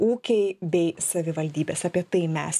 ūkiai bei savivaldybės apie tai mes